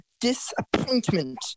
disappointment